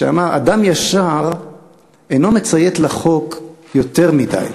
שאמר: אדם ישר אינו מציית לחוק יותר מדי,